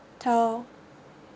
told